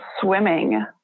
swimming